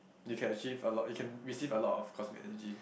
you can achieve a lot you can receive a lot of cosmic energy